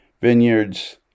Vineyards